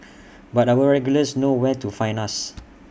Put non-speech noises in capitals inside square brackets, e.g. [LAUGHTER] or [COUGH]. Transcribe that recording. [NOISE] but our regulars know where to find us